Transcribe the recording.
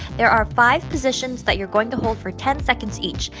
there are five positions that you're going to hold for ten seconds each.